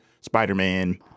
Spider-Man